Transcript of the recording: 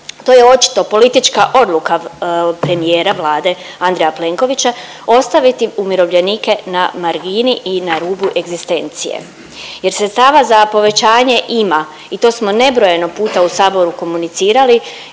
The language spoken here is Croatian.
To je očito politička odluka premijera, Vlade Andreja Plenkovića ostaviti umirovljenike na margini i na rubu egzistencije, jer sredstava za povećanje ima i to smo nebrojeno put u Saboru komunicirali